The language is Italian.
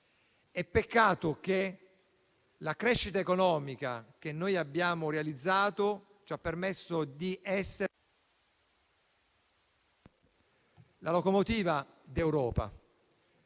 peccato che la crescita economica che abbiamo realizzato ci abbia permesso di essere la locomotiva d'Europa.